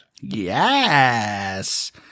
Yes